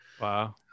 wow